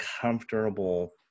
comfortable